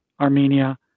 Armenia